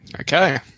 Okay